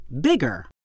bigger